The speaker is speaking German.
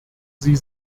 sie